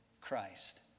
Christ